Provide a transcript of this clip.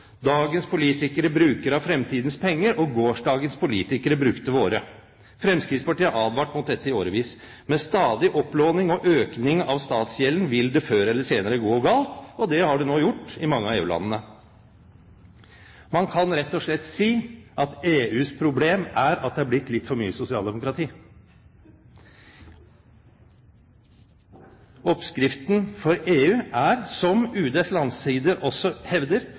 Dagens politikere bruker av fremtidens penger, og gårsdagens politikere brukte våre. Fremskrittspartiet har advart mot dette i årevis. Med stadig opplåning og økning av statsgjelden vil det før eller senere gå galt, og det har det nå gjort i mange av EU-landene. Man kan rett og slett si at EUs problem er at det har blitt litt for mye sosialdemokrati. Oppskriften for EU er, som UDs landsider også hevder,